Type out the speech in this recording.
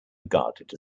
regarded